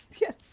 yes